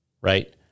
right